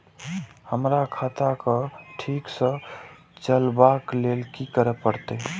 हमरा खाता क ठीक स चलबाक लेल की करे परतै